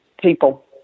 people